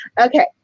okay